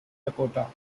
dakota